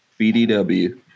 BDW